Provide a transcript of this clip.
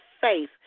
faith